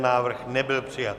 Návrh nebyl přijat.